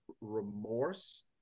remorse